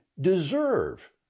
deserve